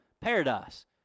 paradise